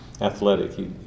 Athletic